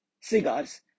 cigars